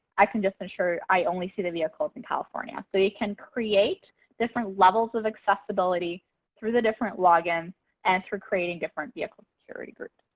i can just ensure i only see the vehicles in california. so you can create different levels of accessibility through the different logins as for creating different vehicle security groups.